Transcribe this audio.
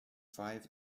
five